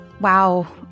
Wow